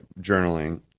journaling